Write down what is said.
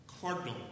Cardinal